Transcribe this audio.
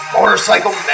Motorcycle